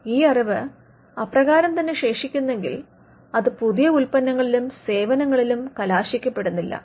ഈ അറിവ് അപ്രകാശം തന്നെ ശേഷിക്കുന്നെങ്കിൽ അത് പുതിയ ഉൽപന്നങ്ങളിലും സേവനങ്ങളിലും കലാശിക്കപ്പെടുന്നില്ല